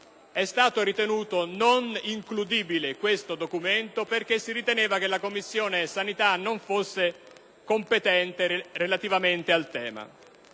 è stato ritenuto non includibile, perché si riteneva che la Commissione sanità non fosse competente relativamente al tema.